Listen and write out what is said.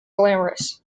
glamorous